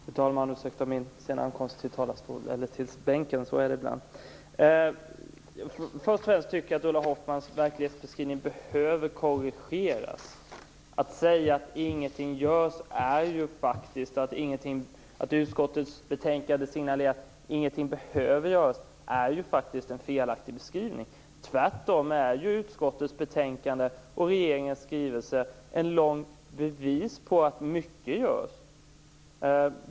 Fru talman! Ursäkta min sena ankomst till bänken. Så blir det ibland. Först och främst tycker jag att Ulla Hoffmanns verklighetsbeskrivning behöver korrigeras. Att säga att ingenting görs, och att utskottets betänkande signalerar att ingenting behöver göras är faktiskt en felaktig beskrivning. Tvärtom är utskottets betänkande och regeringens skrivelse ett starkt bevis på att mycket görs.